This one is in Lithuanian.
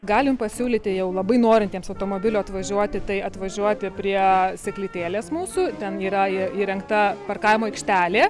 galim pasiūlyti jau labai norintiems automobiliu atvažiuoti tai atvažiuoti prie seklytėlės mūsų ten yra įrengta parkavimo aikštelė